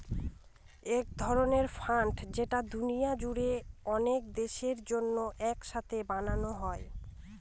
এক ধরনের ফান্ড যেটা দুনিয়া জুড়ে অনেক দেশের জন্য এক সাথে বানানো হয়